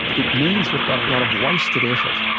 it means we've got a lot of wasted effort.